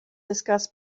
discuss